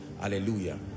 Hallelujah